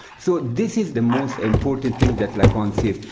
so this is the most important thing that lacan says.